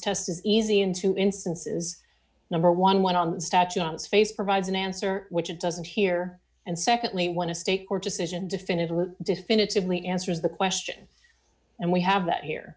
test is easy in two instances number eleven on the statue on its face provides an answer which it doesn't here and secondly when a state court decision definitively definitively answers the question and we have that here